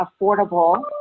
affordable